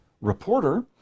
reporter